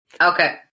Okay